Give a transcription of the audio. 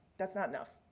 that's not enough.